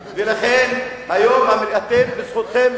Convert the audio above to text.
הפחדתם, לכן, היום, בזכותכם,